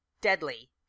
deadly